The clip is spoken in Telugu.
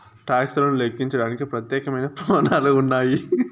టాక్స్ లను లెక్కించడానికి ప్రత్యేకమైన ప్రమాణాలు ఉన్నాయి